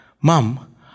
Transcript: Mom